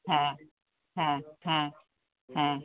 হ্যাঁ হ্যাঁ হ্যাঁ হ্যাঁ